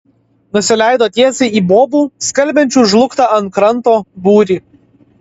nusileido tiesiai į bobų skalbiančių žlugtą ant kranto būrį